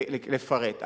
לפרט.